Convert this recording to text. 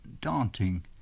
daunting